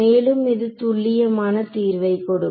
மேலும் இது துல்லியமான தீர்வை கொடுக்கும்